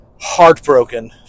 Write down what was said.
heartbroken